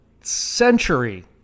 century